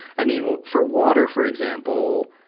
i mean, for water, for example,